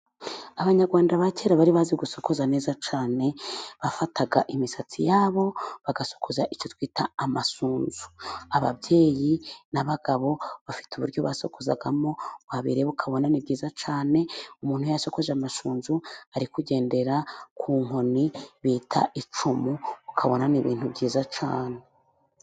Abanyarwanda ba kera bari bazi gusokoza neza cyane, bafataga imisatsi yabo bagasokoza icyo twita amasunzu. Ababyeyi n'abagabo bafite uburyo basokozagamo wabireba ukabona ni byiza cyane, umuntu yasokoje amasunzu ari kugendera ku nkoni bita icumu ,ukabona ni ibintu byiza cyane.